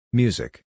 music